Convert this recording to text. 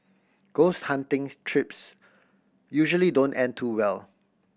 ghost hunting's trips usually don't end too well